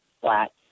flat